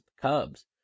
Cubs